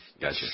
Gotcha